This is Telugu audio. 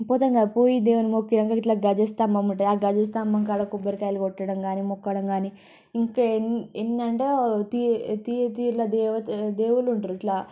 పోతాము కదా పోయి దేవుని మొక్కాక ఇట్లా ధ్వజస్తంభం ఉంటుంది ధ్వజస్తంభం కాడ కొబ్బరికాయలు కొట్టడం కానీ మొక్కడం కానీ ఇంకా ఎన్ని ఎన్ని అంటే తీ తీ తీరుల దేవత దేవుళ్ళు ఉంటారు ఇట్లా